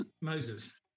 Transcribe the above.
Moses